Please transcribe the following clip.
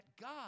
God